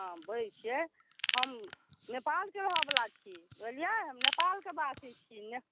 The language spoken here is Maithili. हाँ बजै छियै हम नेपालके रहऽवला छी बुझलियै हम नेपालके बासी छी